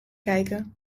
kijken